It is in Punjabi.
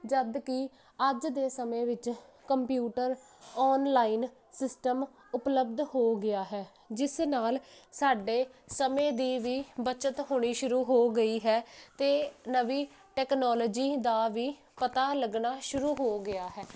ਜਦ ਕਿ ਅੱਜ ਦੇ ਸਮੇਂ ਵਿੱਚ ਕੰਪਿਊਟਰ ਔਨਲਾਈਨ ਸਿਸਟਮ ਉਪਲਬਧ ਹੋ ਗਿਆ ਹੈ ਜਿਸ ਨਾਲ਼ ਸਾਡੇ ਸਮੇਂ ਦੀ ਵੀ ਬੱਚਤ ਹੋਣੀ ਸ਼ੁਰੂ ਹੋ ਗਈ ਹੈ ਅਤੇ ਨਵੀਂ ਟੈਕਨੋਲਜੀ ਦਾ ਵੀ ਪਤਾ ਲੱਗਣਾ ਸ਼ੁਰੂ ਹੋ ਗਿਆ ਹੈ